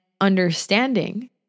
understanding